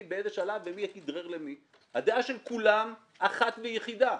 באיזה שלב ומי כדרר למי הדעה של כולם אחת ויחידה,